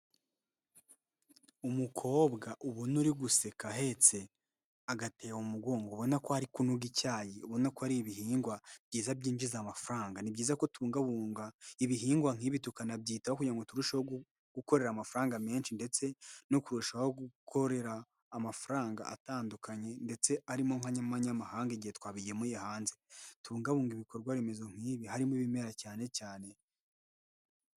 Umukobwa ubona uri guseka, ahetse agatebo mu mugongo, ubona ko ari kunuga icyayi, ubona ko ari ibihingwa byiza byinjiza amafaranga. Ni byiza ko tubungabunga ibihingwa nk'ibi tukanabyitaho, kugira ngo turusheho gukorera amafaranga menshi, ndetse no kurushaho gukorera amafaranga atandukanye, ndetse arimo n'amanyamahanga, igihe twabigemuye hanze, tubungabunge ibikorwa remezo nk'ibi harimo ibimera cyane cyane.